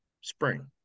spring